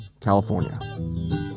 California